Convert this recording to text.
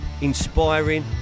inspiring